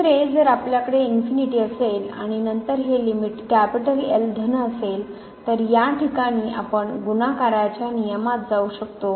दुसरे जर आपल्याकडे इन्फिनीटी असेल आणि नंतर हे लिमिट धन असेल तर या ठिकाणी आपण गुणाकाराच्या नियमात जाऊ शकतो